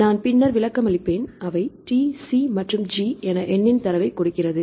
நான் பின்னர் விளக்கமளிப்பேன் அவை T C மற்றும் G என எண்ணின் தரவைக் கொடுக்கிறது